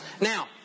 now